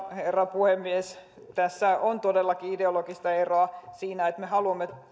puhemies tässä on todellakin ideologista eroa siinä että me haluamme